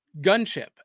gunship